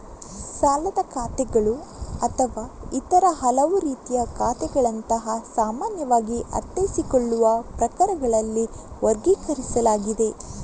ಸಾಲದ ಖಾತೆಗಳು ಅಥವಾ ಇತರ ಹಲವು ರೀತಿಯ ಖಾತೆಗಳಂತಹ ಸಾಮಾನ್ಯವಾಗಿ ಅರ್ಥೈಸಿಕೊಳ್ಳುವ ಪ್ರಕಾರಗಳಲ್ಲಿ ವರ್ಗೀಕರಿಸಲಾಗಿದೆ